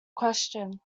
question